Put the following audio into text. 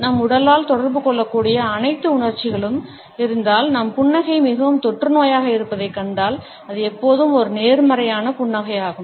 நம் உடலால் தொடர்பு கொள்ளக்கூடிய அனைத்து உணர்ச்சிகளும் இருந்தால் நம் புன்னகை மிகவும் தொற்றுநோயாக இருப்பதைக் கண்டால் அது எப்போதும் ஒரு நேர்மறையான புன்னகையாகும்